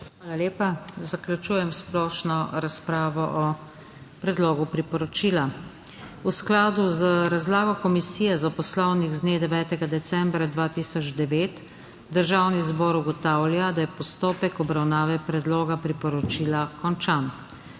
lepa. Zaključujem splošno razpravo o predlogu priporočila. V skladu z razlago Komisije za Poslovnik z dne 9. decembra 2009 Državni zbor ugotavlja, da je postopek obravnave predloga priporočila končan.